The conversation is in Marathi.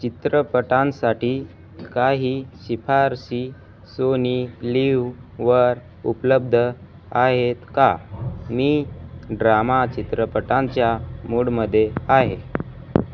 चित्रपटांसाठी काही शिफारसी सोनी लिववर उपलब्ध आहेत का मी ड्रामा चित्रपटांच्या मूडमध्ये आहे